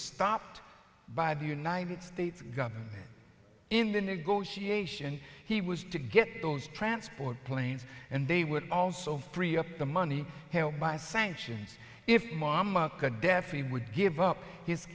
stopped by the united states government in the negotiation he was to get those transport planes and they would also free up the money by sanctions if mamma definitely would give up his